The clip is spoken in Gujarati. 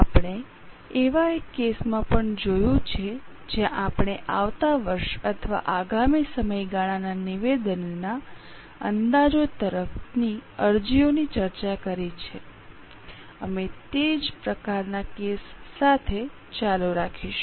આપણે એક એવા કેસમાં પણ જોયું છે જ્યાં આપણે આવતા વર્ષ અથવા આગામી સમયગાળાના નિવેદનના અંદાજો તરફની અરજીઓની ચર્ચા કરી છે અમે તે જ પ્રકારના કેસ સાથે ચાલુ રાખીશું